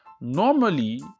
normally